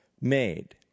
made